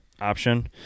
option